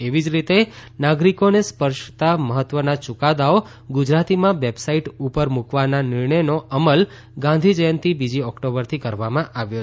એવી જ રીતે નાગરિકોને સ્પર્શતા મહત્વના યૂકાદાઓ ગુજરાતીમાં વેબસાઈટ ઉપર મૂકવાના નિર્ણયનો અમલ ગાંધી જંયતિ બીજી ઓક્ટોબરથી કરવામાં આવ્યો છે